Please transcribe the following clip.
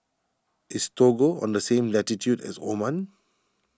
is Togo on the same latitude as Oman